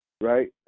Right